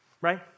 right